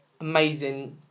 amazing